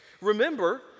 Remember